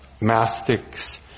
mastics